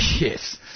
Yes